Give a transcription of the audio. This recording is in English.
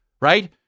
right